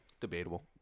Debatable